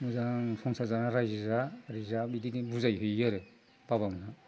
मोजां संसार जाना रायजो जा बिदि जा बिदि बुजायहैयो आरो बाबामोनहा